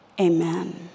amen